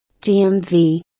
DMV